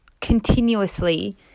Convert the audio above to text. continuously